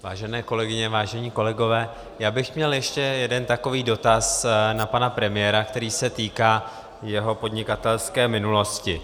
Vážené kolegyně, vážení kolegové, měl bych ještě jeden takový dotaz na pana premiéra, který se týká jeho podnikatelské minulosti.